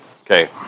Okay